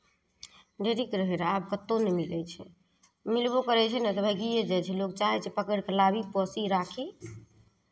ढेरीके रहैत रहै आब कतहु नहि मिलै छै मिलबो करै छै ने तऽ भागिए जाइ छै लोक चाहै छै पकड़ि कऽ लाबि पोसी राखी